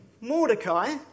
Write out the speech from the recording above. Mordecai